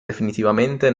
definitivamente